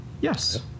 Yes